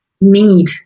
need